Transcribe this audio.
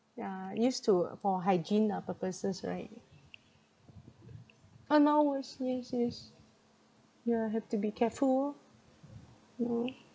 yeah used to for hygiene ah purposes right uh now worse yes yes yeah have to be careful orh you know